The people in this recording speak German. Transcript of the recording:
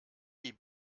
die